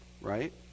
right